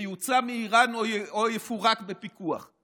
ויצא מאיראן, או יפורק בפיקוח.